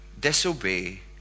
disobey